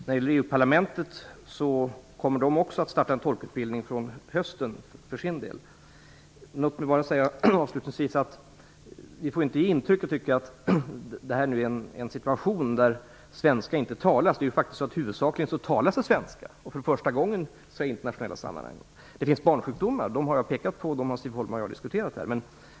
Fru talman! EU-parlamentet kommer också att starta en tolkutbildning från hösten. Vi får inte ge intrycket att detta är en situation där det inte talas svenska. För första gången i internationella sammanhang talas det huvudsakligen svenska. Det finns barnsjukdomar. Jag har pekat på dem, och Siv Holma och jag har diskuterat dem här.